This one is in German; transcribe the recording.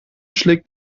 schlägt